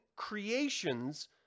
creations